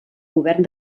govern